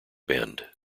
bend